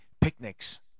picnics